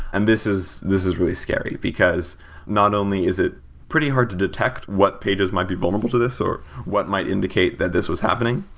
and this is this is really scary, because not only is it pretty hard to detect what pages might be vulnerable to this, or what might indicate that this was happening.